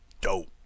dope